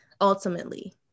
ultimately